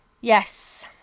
Yes